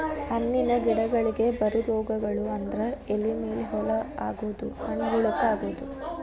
ಹಣ್ಣಿನ ಗಿಡಗಳಿಗೆ ಬರು ರೋಗಗಳು ಅಂದ್ರ ಎಲಿ ಮೇಲೆ ಹೋಲ ಆಗುದು, ಹಣ್ಣ ಹುಳಕ ಅಗುದು